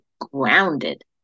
grounded